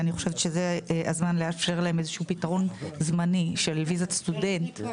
אני חושבת שזה הזמן לאפשר להם איזשהו פתרון זמני של ויזת עבודה,